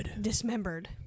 dismembered